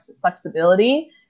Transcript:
flexibility